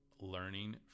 learning